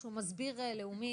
איזשהו מסביר לאומי